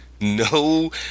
no